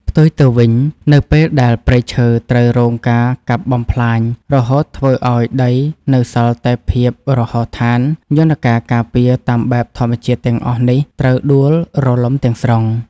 ផ្ទុយទៅវិញ នៅពេលដែលព្រៃឈើត្រូវរងការកាប់បំផ្លាញ រហូតធ្វើឱ្យដីនៅសល់តែភាពរហោឋាន យន្តការការពារតាមបែបធម្មជាតិទាំងអស់នេះត្រូវដួលរលំទាំងស្រុង។